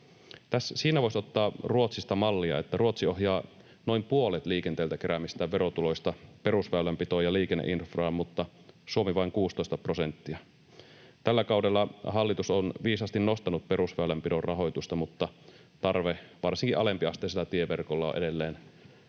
Siinä voisi ottaa Ruotsista mallia: Ruotsi ohjaa noin puolet liikenteeltä keräämistään verotuloista perusväylänpitoon ja liikenneinfraan mutta Suomi ohjaa vain 16 prosenttia. Tällä kaudella hallitus on viisaasti nostanut perusväylänpidon rahoitusta, mutta tarve varsinkin alempiasteisella tieverkolla on edelleen